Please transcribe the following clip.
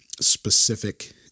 specific